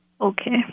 Okay